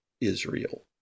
Israel